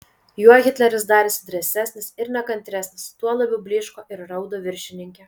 juo hitleris darėsi drąsesnis ir nekantresnis tuo labiau blyško ir raudo viršininkė